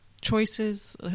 Choices